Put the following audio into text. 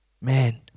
Man